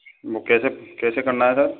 वह कैसे कैसे करना है सर